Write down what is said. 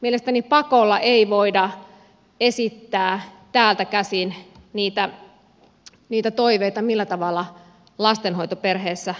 mielestäni pakolla ei voida esittää täältä käsin niitä toiveita millä tavalla lastenhoito perheessä järjestetään